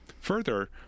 Further